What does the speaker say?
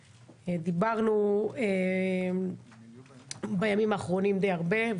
דיברנו בימים האחרונים די הרבה,